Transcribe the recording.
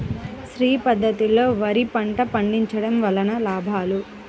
శ్రీ పద్ధతిలో వరి పంట పండించడం వలన లాభాలు?